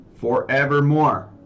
forevermore